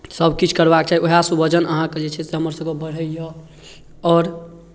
सभकिछु करबाक चाही उएहसँ वजन अहाँके जे छै हमरसभके बढ़ैए आओर